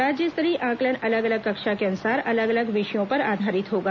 राज्य स्तरीय आंकलन अलग अलग कक्षा के अनुसार अलग अलग विषयों पर आधारित होगा